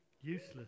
Useless